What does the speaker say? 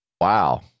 Wow